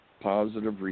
positive